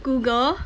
Google